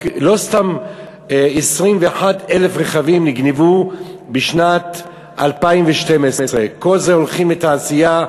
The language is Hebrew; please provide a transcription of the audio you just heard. לא סתם 21,000 רכבים נגנבו בשנת 2012. כל אלה הולכים לתעשייה,